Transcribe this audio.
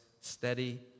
steady